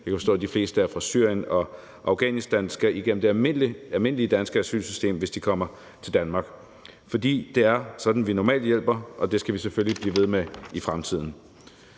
jeg kan forstå, at de fleste er fra Syrien og Afghanistan – skal igennem det almindelige danske asylsystem, hvis de kommer til Danmark, fordi det er sådan, vi normalt hjælper, og det skal vi selvfølgelig blive ved med i fremtiden.